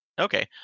Okay